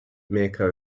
mirco